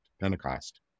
Pentecost